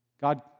God